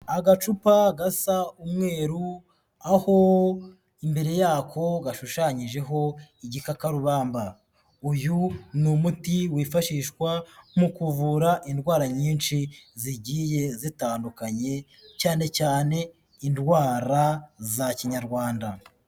Agacupa gasa umweru, aho imbere yako gashushanyijeho igikakarubamba, uyu ni umuti wifashishwa mu kuvura indwara nyinshi zigiye zitandukanye cyane cyane indwara za kinyarwanda.